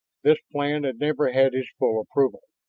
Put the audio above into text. this plan had never had his full approval.